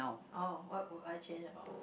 oh what would I change about